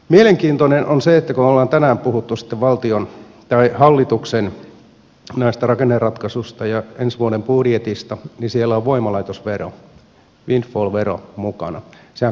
mielenkiintoinen on se että kun ollaan tänään puhuttu sitten valtion tai hallituksen näistä rakenneratkaisuista ja ensi vuoden budjetista niin siellä on voimalaitosvero windfall vero mukana